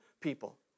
people